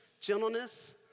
gentleness